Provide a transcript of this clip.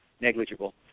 negligible